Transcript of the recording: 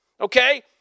Okay